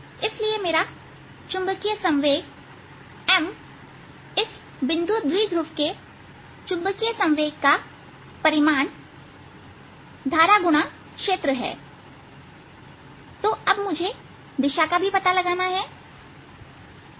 इसलिए मेरा चुंबकीय संवेग m इस बिंदु द्विध्रुव के चुंबकीय संवेग का परिमाण धारा गुणा क्षेत्र है तो अब मुझे दिशा का भी पता लगाना है